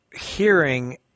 hearing